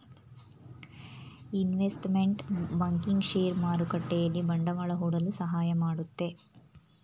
investment banking share ಮಾರುಕಟ್ಟೆಯಲ್ಲಿ ಬಂಡವಾಳ ಹೂಡಲು ಸಹಾಯ ಮಾಡುತ್ತೆ